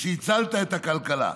ושהצלת את הכלכלה,